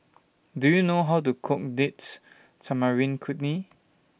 Do YOU know How to Cook Date Tamarind Chutney